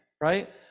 right